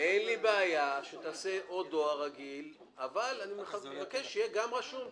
אין לי בעיה שתעשה או דואר רגיל אבל אני מבקש שיהיה גם רשום.